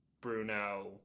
bruno